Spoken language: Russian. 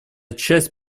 часть